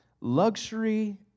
Luxury